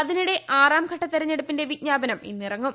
അതിനിടെ ആറാം ഘട്ട തിരഞ്ഞെടുപ്പിന്റെ വിജ്ഞാപനം ഇന്നിറങ്ങും